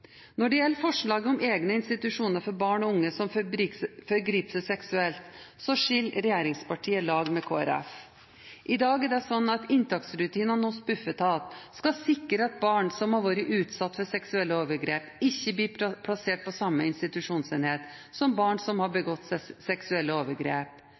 Når det gjelder forslaget om egne institusjoner for barn og unge som forgriper seg seksuelt, skiller regjeringspartiet lag med Kristelig Folkeparti. I dag er det slik at inntaksrutinene hos Bufetat skal sikre at barn som har vært utsatt for seksuelle overgrep, ikke blir plassert på samme institusjonsenhet som barn som har begått seksuelle overgrep.